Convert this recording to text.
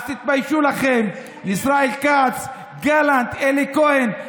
אז תתביישו לכם, ישראל כץ, גלנט, אלי כהן.